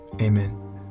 Amen